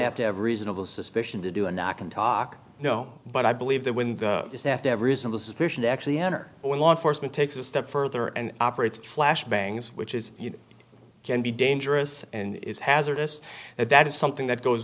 have to have reasonable suspicion to do a knock and talk you know but i believe that when they have to have reasonable suspicion to actually enter when law enforcement takes a step further and operates flash bangs which is you can be dangerous and it is hazardous and that is something that goes